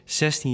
16